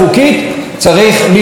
צריך למנוע את זה.